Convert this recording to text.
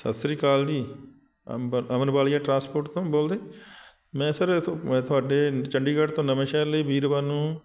ਸਤਿ ਸ਼੍ਰੀ ਅਕਾਲ ਜੀ ਅੰਬਰ ਅਮਨ ਵਾਲੀਆ ਟਰਾਂਸਪੋਰਟ ਤੋਂ ਬੋਲਦੇ ਮੈਂ ਸਰ ਥੁ ਤੁਹਾਡੇ ਚੰਡੀਗੜ੍ਹ ਤੋਂ ਨਵੇਂ ਸ਼ਹਿਰ ਲਈ ਵੀਰਵਾਰ ਨੂੰ